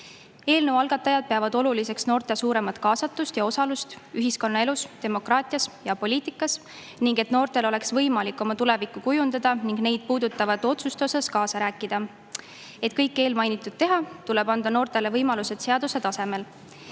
Eelnõu algatajad peavad oluliseks noorte suuremat kaasatust ja osalust ühiskonnaelus, demokraatias ja poliitikas ning et noortel oleks võimalik oma tulevikku kujundada ja neid puudutavates otsustes kaasa rääkida. Et kõike eelmainitut teha, tuleb anda noortele võimalused seaduse tasemel.